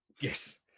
Yes